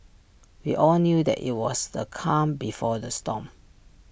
we all knew that IT was the calm before the storm